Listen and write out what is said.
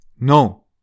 No